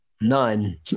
None